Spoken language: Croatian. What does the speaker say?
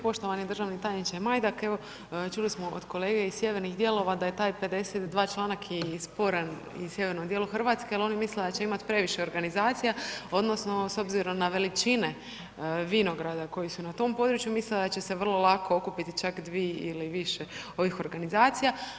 Poštovani državni tajniče Majdak, evo, čuli smo od kolege iz sjevernih dijelova da je taj 52. članak je i sporan u sjevernom dijelu RH, ali oni misle da će imati previše organizacija odnosno s obzirom na veličine vinograda koji su na tom području, misle da će se vrlo lako okupiti čak dvije ili više ovih organizacija.